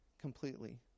completely